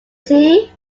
see